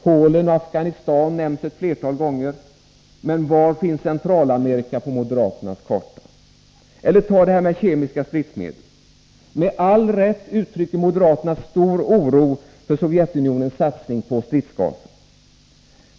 Polen och Afghanistan nämns ett flertal gånger, men var finns Centralamerika på moderaternas karta? Eller ta frågan om kemiska stridsmedel! Med all rätt uttrycker moderaterna stor oro inför Sovjetunionens satsning på stridsgasen.